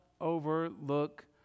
overlook